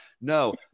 No